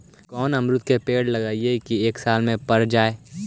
कोन अमरुद के पेड़ लगइयै कि एक साल में पर जाएं?